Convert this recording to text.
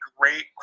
great